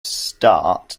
start